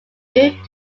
moved